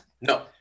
No